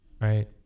right